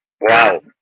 Wow